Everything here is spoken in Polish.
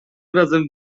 razem